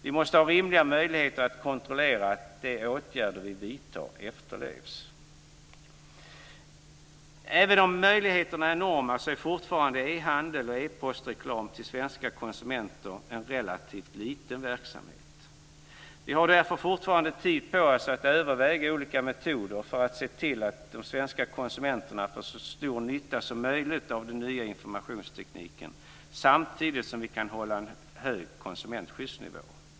Vi måste ha rimliga möjligheter att kontrollera att de åtgärder vi vidtar efterlevs. Även om möjligheterna är enorma är fortfarande e-handel och e-postreklam till svenska konsumenter en relativt liten verksamhet. Vi har därför fortfarande tid på oss att överväga olika metoder för att se till att de svenska konsumenterna får så stor nytta som möjligt av den nya informationstekniken samtidigt som vi kan hålla en hög konsumentskyddsnivå.